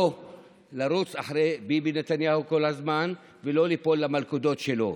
לא לרוץ אחרי ביבי נתניהו כל הזמן ולא ליפול למלכודות שלו.